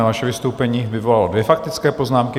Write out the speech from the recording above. Vaše vystoupení vyvolalo dvě faktické poznámky.